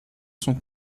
sont